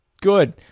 good